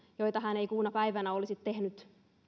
joita hän ei kuuna päivänä olisi tehnyt